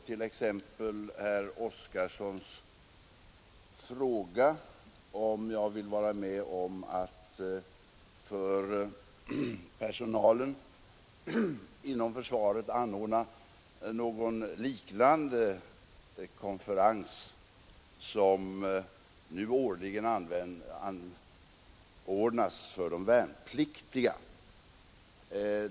Herr Oskarson frågade om jag vill vara med om att för personalen inom försvaret anordna en konferens liknande den som nu årligen anordnas för de värnpliktiga.